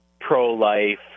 pro-life